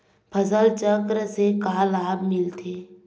फसल चक्र से का लाभ मिलथे?